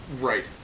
Right